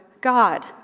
God